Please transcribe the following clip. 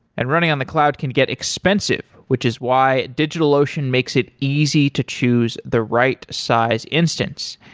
and running on the cloud can get expensive, which is why digitalocean makes it easy to choose the right size instance.